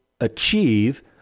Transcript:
achieve